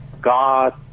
God